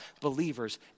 believers